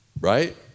Right